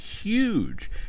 huge